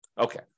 Okay